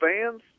fans